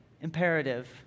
imperative